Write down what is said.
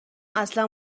اصلا